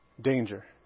danger